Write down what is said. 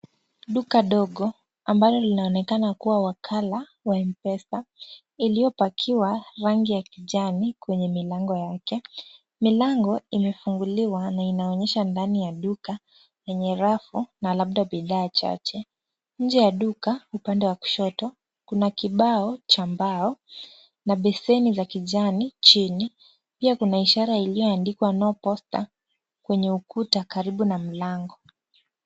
Duka dogo ambalo linaloonekana kua wakala wa mpesa iliyopakiwa rangi ya kijani kwenye milango yake , milango imefunguliwa na inaonyesha ndani ya duka yenye rafu na labda bidhaa chache ,nje ya duka upande wa kushoto Kuna kibao Cha mbao na besheni za kijani chini, pia Kuna ishara iliyoandikwa no posta (cs) kwenye ukuta karibu na mlango.